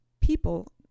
people